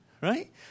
right